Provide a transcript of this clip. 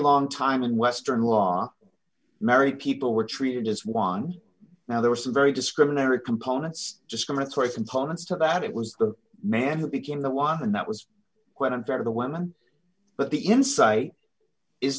long time in western law married people were treated just won now there were some very discriminatory components discriminatory components to that it was the man who became the one that was quite unfair to the women but the insight is